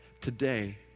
today